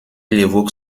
évoque